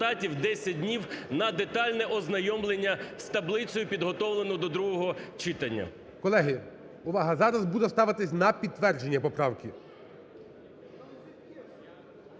10 днів на детальне ознайомлення з таблицею, підготовленою до другого читання. ГОЛОВУЮЧИЙ. Колеги, увага! Зараз буде ставитися на підтвердження поправки.